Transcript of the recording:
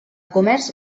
comerç